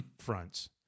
fronts